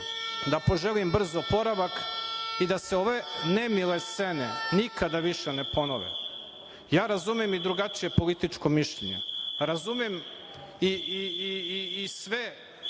da poželim brz oporavak i da se ove nemile scene nikada više ne ponove. Razumem i drugačije političko mišljenje, razumem i sve